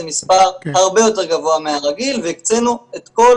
זה מספר הרבה יותר גבוה מהרגיל והקצינו את כל